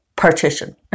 Partition